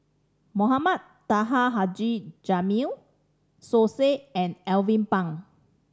Mohamed Taha Haji Jamil Som Said and Alvin Pang